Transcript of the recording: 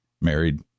Married